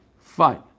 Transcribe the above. Fine